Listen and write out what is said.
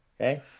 Okay